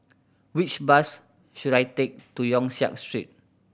which bus should I take to Yong Siak Street